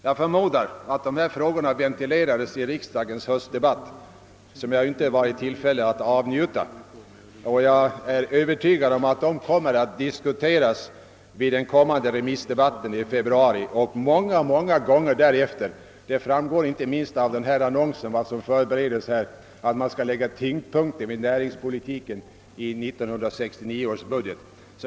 Jag förmodar att dessa frågor ventilerades i höstriksdagens remissdebatt, som jag inte var i tillfälle att avnjuta, och jag är övertygad om att de kommer att diskuteras vid den kommande remissdebatten i februari och många gånger därefter. Av den annons jag tidigare visade upp framgår att vad som nu förbereds är att regeringen i 1969 års budget skall lägga tyngdpunkten på näringspolitiken.